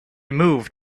moved